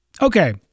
Okay